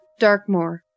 Darkmoor